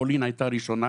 פולין הייתה הראשונה,